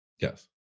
Yes